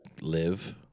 live